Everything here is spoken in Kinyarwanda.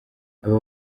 aba